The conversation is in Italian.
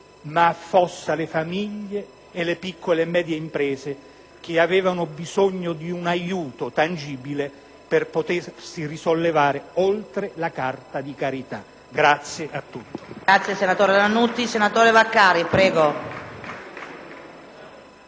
ma affossa le famiglie e le piccole e medie imprese che avevano bisogno di un aiuto tangibile per potersi risollevare, oltre la carta di carità. *(Applausi